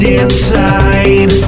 inside